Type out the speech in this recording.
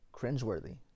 cringeworthy